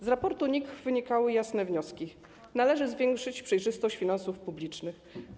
Z raportu NIK płyną jasne wnioski: należy zwiększyć przejrzystość finansów publicznych.